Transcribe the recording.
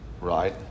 Right